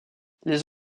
les